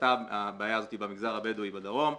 זוהתה הבעיה הזו במגזר הבדואי בדרום,